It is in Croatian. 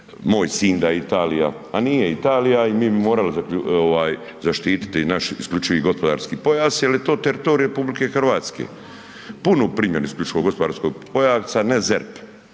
moj Sinj da je Italija a nije Italija i mi bi morali zaštititi naš isključivi gospodarski pojas jer je to teritorij RH, punu primjenu isključivog gospodarskog pojasa, ne ZERP,